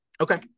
Okay